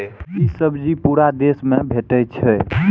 ई सब्जी पूरा देश मे भेटै छै